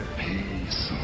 peace